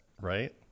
right